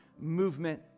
movement